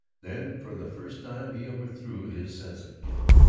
then, for the first time, he overthrew his sense of guilt.